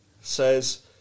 says